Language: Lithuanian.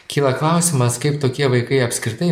kyla klausimas kaip tokie vaikai apskritai